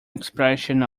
expression